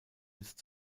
jetzt